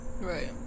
Right